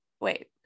Wait